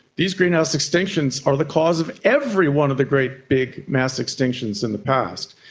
these greenhouse extinctions are the cause of every one of the great big mass extinctions in the past.